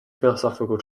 philosophical